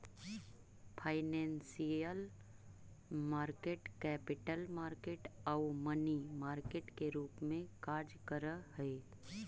financial market capital market आउ money market के रूप में कार्य करऽ हइ